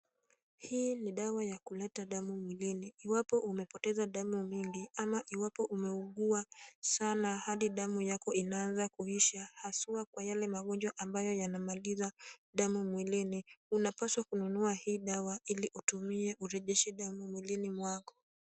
Hii ni dawa ya kuleta damu mwilini. Iwapo umepoteza damu mingi ama iwapo umeugua sana hadi damu yako inaanza kuisha haswa kwa yale magonjwa ambayo yanamaliza damu mwilini, unapaswa kununua hii dawa ili utumie urejeshe damu mwilini mwako.